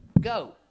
Go